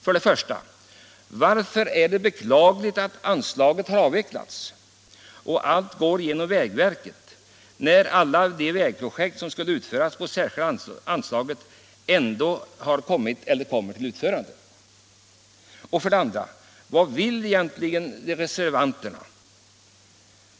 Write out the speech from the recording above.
För det första: Varför är det beklagligt att anslaget har avvecklats och att allt går genom vägverket, när alla de vägobjekt som skulle utföras med det särskilda anslaget ändå har kommit till utförande? För det andra: Vad vill egentligen socialdemokraterna?